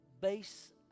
base